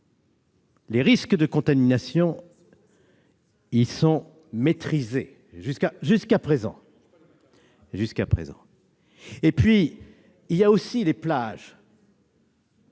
Les risques de contamination y sont maîtrisés, jusqu'à présent. Enfin, il y a aussi des plages